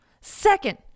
Second